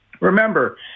remember